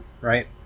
right